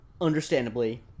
understandably